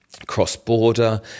cross-border